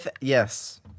Yes